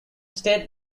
state